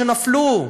שנפלו,